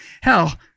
hell